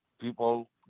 People